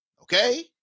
Okay